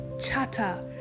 chatter